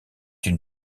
une